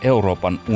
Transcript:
Euroopan